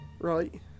Right